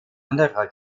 anderer